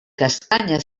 castanya